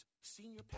Senior